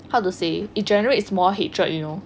how to say it generates more hatred you know